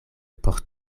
por